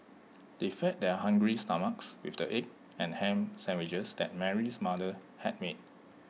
they fed their hungry stomachs with the egg and Ham Sandwiches that Mary's mother had made